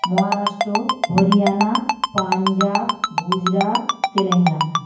Maharashtra Haryana Punjab Gujarat Telangana